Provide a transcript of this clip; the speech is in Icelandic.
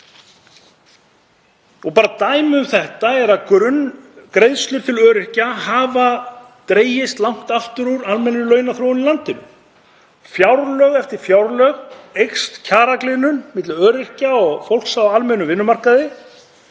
kosningar. Dæmi um þetta er að grunngreiðslur til öryrkja hafa dregist langt aftur úr almennri launaþróun í landinu. Fjárlög eftir fjárlög eykst kjaragliðnun milli öryrkja og fólks á almennum vinnumarkaði.